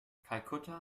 kalkutta